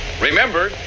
Remember